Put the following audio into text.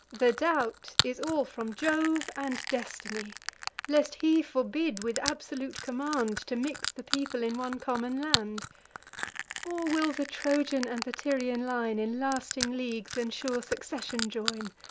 the doubt is all from jove and destiny lest he forbid, with absolute command, to mix the people in one common land or will the trojan and the tyrian line in lasting leagues and sure succession join?